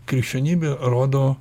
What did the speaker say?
krikščionybė rodo